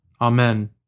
Amen